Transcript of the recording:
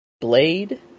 Blade